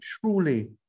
truly